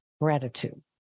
gratitude